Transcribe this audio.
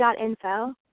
Info